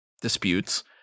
disputes